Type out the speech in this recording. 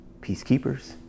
peacekeepers